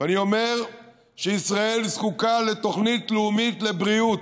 ואני אומר שישראל זקוקה לתוכנית לאומית לבריאות,